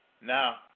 Now